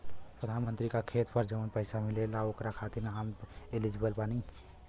प्रधानमंत्री का खेत पर जवन पैसा मिलेगा ओकरा खातिन आम एलिजिबल बानी?